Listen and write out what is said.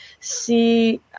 see